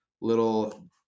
little